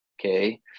Okay